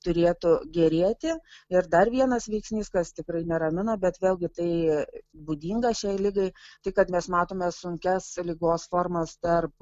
turėtų gerėti ir dar vienas veiksnys kas tikrai neramina bet vėlgi tai būdinga šiai ligai tai kad mes matome sunkias ligos formas tarp